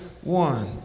One